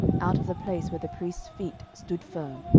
out of the place where the priests' feet stood firm,